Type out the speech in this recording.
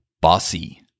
Bossy